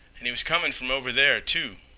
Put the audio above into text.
and he was coming from over there, too.